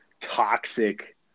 toxic